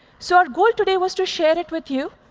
so our goal today was to share it with you.